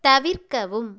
தவிர்க்கவும்